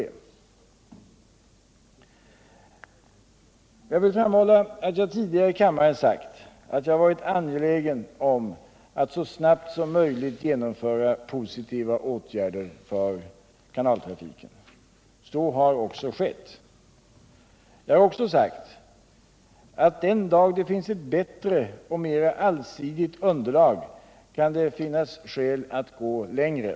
Jag vill avslutningsvis framhålla att jag tidigare i kammaren sagt att jag varit angelägen att så snabbt som möjligt genomföra positiva åtgärder för kanaltrafiken. Så har också skeu. Jag har också sagt att den dag det finns ett bättre och mera allsidigt underlag kan det finnas skäl att gå längre.